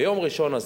ביום ראשון הזה,